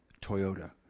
Toyota